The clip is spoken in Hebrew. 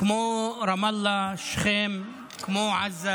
כמו רמאללה, שכם, כמו עזה